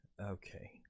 okay